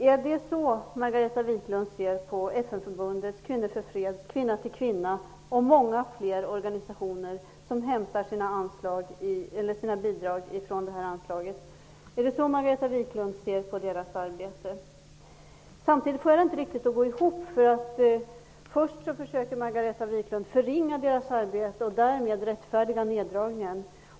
Är det så Margareta Viklund ser på arbetet inom FN förbundet, Kvinnor för fred, Kvinna till kvinna och många andra organisationer som hämtar sina bidrag från detta anslag? Jag får det inte riktigt att gå ihop. Först försöker Margareta Viklund förringa dessa organisationers arbete och därmed rättfärdiga neddragningen.